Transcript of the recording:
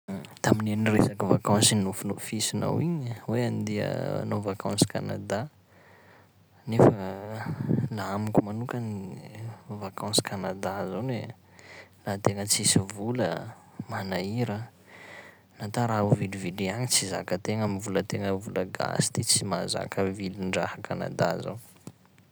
Tamin'iha niresaka vakansy nonofinofisinao igny a hoe andeha hanao vakansy Canada nefa na amiko manokany vakansy Canada zao ne na tegna tsisy vola manahira, nata raha ho viliviliana tsy zakan-tegna amy volan-tegna vola gasy ty tsy mahazaka vilin-draha Canada zao.